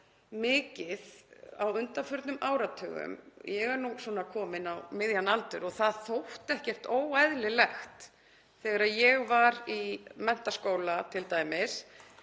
mikið á undanförnum áratugum. Ég er nú komin á miðjan aldur og það þótti ekkert óeðlilegt þegar ég var í menntaskóla t.d.